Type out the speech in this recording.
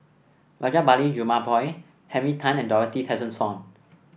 Rajabali Jumabhoy Henry Tan and Dorothy Tessensohn